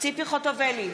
ציפי חוטובלי,